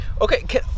Okay